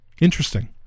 Interesting